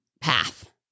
path